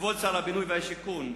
כבוד שר הבינוי והשיכון,